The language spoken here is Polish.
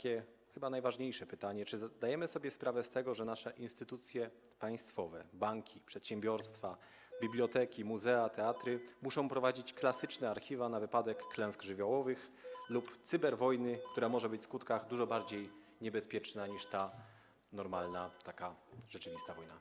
I chyba najważniejsze pytanie: Czy zdajemy sobie sprawę z tego, że nasze instytucje państwowe, banki, przedsiębiorstwa, biblioteki, muzea, teatry muszą prowadzić klasyczne archiwa na wypadek klęsk żywiołowych lub cyberwojny, która może być w skutkach dużo bardziej niebezpieczna niż ta normalna, taka rzeczywista wojna?